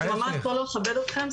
זה ממש לא מכבד אתכם.